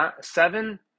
seven